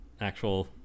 actual